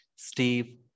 Steve